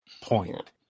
point